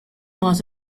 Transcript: was